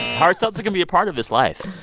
hard seltzer can be a part of this life.